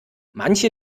manche